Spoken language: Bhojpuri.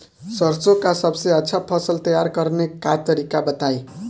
सरसों का सबसे अच्छा फसल तैयार करने का तरीका बताई